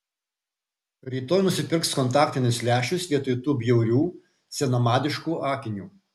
rytoj nusipirks kontaktinius lęšius vietoj tų bjaurių senamadiškų akinių